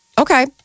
Okay